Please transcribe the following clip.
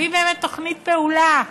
בלי באמת תוכנית פעולה.